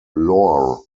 lore